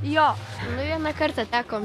jo nu vieną kartą teko